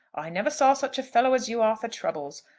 i never saw such a fellow as you are for troubles!